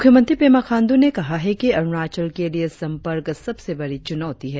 मुख्यमंत्री पेमा खांड्र ने कहा कि अरुणाचल के लिए संपर्क सबसे बड़ी चुनौती है